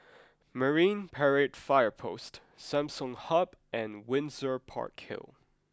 Marine Parade Fire Post Samsung Hub and Windsor Park Hill